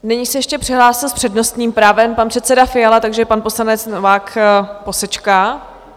Nyní se ještě přihlásil s přednostním právem pan předseda Fiala, takže pan poslanec Novák posečká.